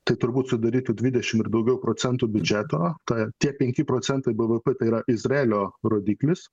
tai turbūt sudarytų dvidešim ir daugiau procentų biudžeto tą tie penki procentai bvp yra izraelio rodiklis